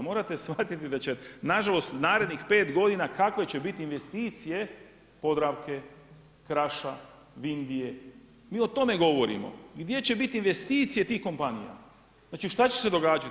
Morate shvatiti da će nažalost narednih pet godina kakve će biti investicije Podravke, Kraša, Vindije, mi o tome govorimo gdje će biti investicije tih kompanija, znači šta će se događati.